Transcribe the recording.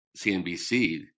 CNBC